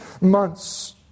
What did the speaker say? months